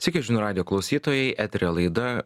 sveiki žinių radijo klausytojai eterio laida